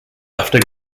after